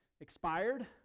expired